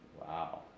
Wow